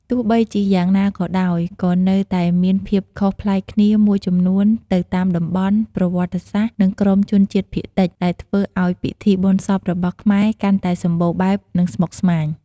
ទោះបីជាយ៉ាងណាក៏ដោយ ក៏នៅតែមានភាពខុសប្លែកគ្នាមួយចំនួនទៅតាមតំបន់ ប្រវត្តិសាស្ត្រ និងក្រុមជនជាតិភាគតិច ដែលធ្វើឱ្យពិធីបុណ្យសពរបស់ខ្មែរកាន់តែសម្បូរបែប និងស្មុគស្មាញ។